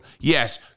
Yes